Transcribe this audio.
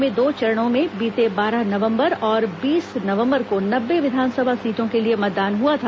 प्रदेश में दो चरणों में बीते बारह नवम्बर और बीस नवम्बर को नब्बे विधानसभा सीटों के लिए मतदान हुआ था